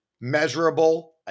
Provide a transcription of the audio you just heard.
measurable